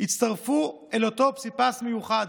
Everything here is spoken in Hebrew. הצטרפו אל אותו פסיפס מיוחד